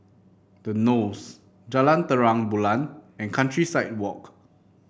The Knolls Jalan Terang Bulan and Countryside Walk